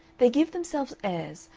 they give themselves airs,